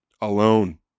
alone